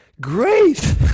great